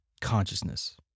consciousness